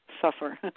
suffer